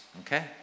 Okay